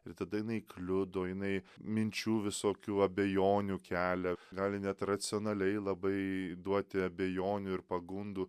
ir tada jinai kliudo jinai minčių visokių abejonių kelia gali net racionaliai labai duoti abejonių ir pagundų